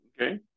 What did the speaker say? Okay